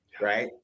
right